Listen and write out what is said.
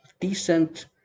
decent